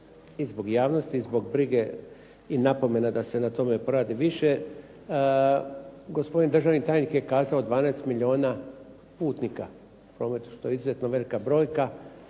i zbog javnosti i zbog briga i napomena da se na tome poradi više. Gospodin državni tajnik je kazao 12 milijuna putnika u prometu što je izuzetno velika brojka.